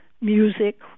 music